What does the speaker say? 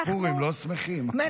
בפורים לא שמחים?